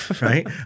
Right